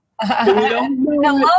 Hello